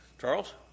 Charles